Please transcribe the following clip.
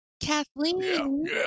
Kathleen